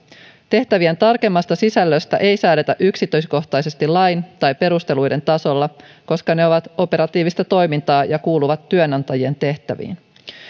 tehtävien tarkemmasta sisällöstä ei säädetä yksityiskohtaisesti lain tai perusteluiden tasolla koska ne ovat operatiivista toimintaa ja kuuluvat työnantajien tehtäviin